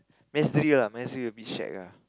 mass drill ah mass drill a bit shack ah